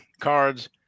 Cards